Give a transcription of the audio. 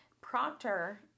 Proctor